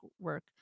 work